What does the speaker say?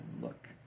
look